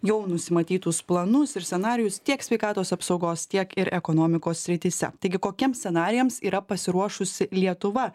jau nusimatytus planus ir scenarijus tiek sveikatos apsaugos tiek ir ekonomikos srityse taigi kokiems scenarijams yra pasiruošusi lietuva